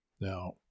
now